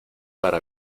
para